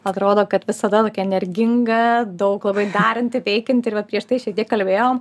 atrodo kad visada energinga daug labai daranti veikianti ir va prieš tai šiek tiek kalbėjom